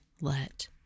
let